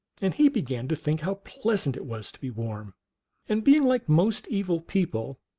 and he began to think how pleasant it was to be warm and being, like most evil people,